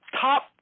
top